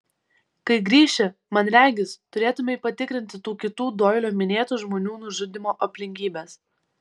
kai grįši man regis turėtumei patikrinti tų kitų doilio minėtų žmonių nužudymo aplinkybes